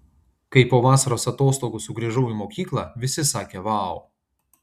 kai po vasaros atostogų sugrįžau į mokyklą visi sakė vau